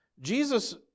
Jesus